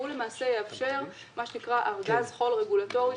הוא למעשה יאפשר ארגז חול רגולטורי,